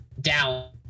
down